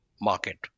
market